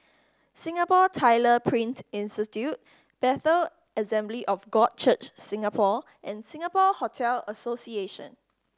Singapore Tyler Print Institute Bethel Assembly of God Church Singapore and Singapore Hotel Association